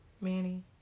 Manny